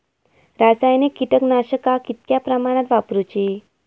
रासायनिक कीटकनाशका कितक्या प्रमाणात वापरूची?